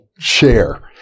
share